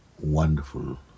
wonderful